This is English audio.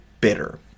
bitter